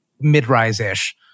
Mid-rise-ish